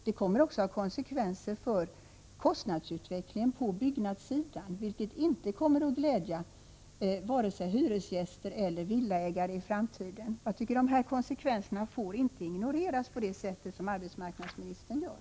Det kommer också att ha konsekvenser för kostnadsutvecklingen på byggnadssidan, vilket inte kommer att glädja vare sig hyresgäster eller villaägare i framtiden. Dessa konsekvenser får inte ignoreras på det sätt som arbetsmarknadsministern gör.